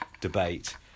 debate